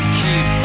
keep